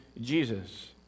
Jesus